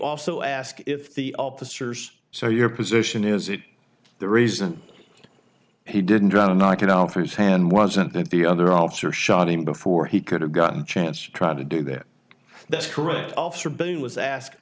also ask if the officers so your position is it the reason he didn't drown to knock it out through his hand wasn't that the other officer shot him before he could have gotten a chance to try to do that that's correct officer boone was asked